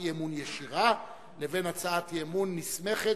אי-אמון ישירה לבין הצעת אי-אמון נסמכת,